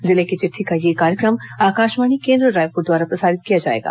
जिले की चिट्ठी का यह कार्यक्रम आकाशवाणी केंद्र रायपुर द्वारा प्रसारित किया जाएगा